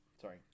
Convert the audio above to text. Sorry